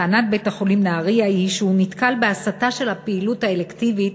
טענת בית-החולים נהרייה היא שהוא נתקל בהסטה של הפעילות האלקטיבית,